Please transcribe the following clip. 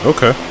Okay